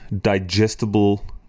digestible